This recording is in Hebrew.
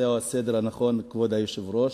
זהו הסדר הנכון, כבוד היושב-ראש,